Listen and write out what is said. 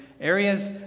areas